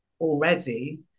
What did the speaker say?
already